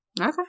Okay